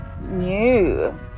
new